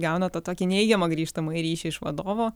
gauna tokį neigiamą grįžtamąjį ryšį iš vadovo